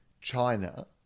China